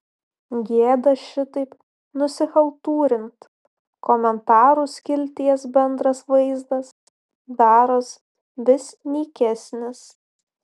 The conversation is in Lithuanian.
gėda šitaip nusichaltūrint komentarų skilties bendras vaizdas daros vis nykesnis